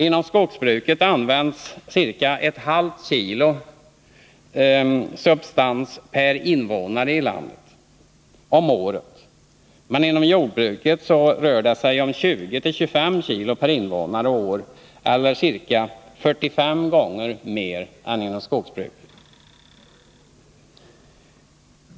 Inom skogsbruket används ca 0,5 kg substans per invånare i landet om året, men inom jordbruket rör det sig om ca 20-25 kg per invånare och år eller ca. 45 gånger mer än inom skogsbruket.